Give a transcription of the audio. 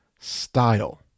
style